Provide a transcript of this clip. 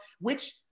which-